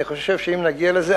אני חושב שאם נגיע לזה,